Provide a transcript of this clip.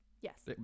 Yes